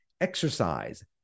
exercise